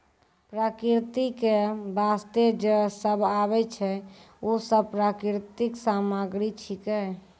प्रकृति क वास्ते जे सब आबै छै, उ सब प्राकृतिक सामग्री छिकै